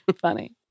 Funny